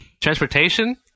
transportation